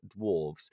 dwarves